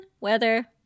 weather